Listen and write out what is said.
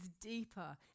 deeper